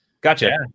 gotcha